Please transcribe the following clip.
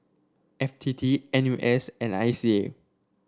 F T T N U S and I C A